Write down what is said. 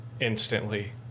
instantly